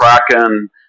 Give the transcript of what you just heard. Kraken